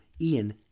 Ian